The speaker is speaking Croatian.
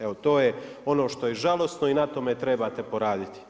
Evo to je ono što je žalosno i na tome trebate poraditi.